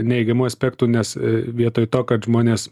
neigiamų aspektų nes vietoj to kad žmonės